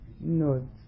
No